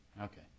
okay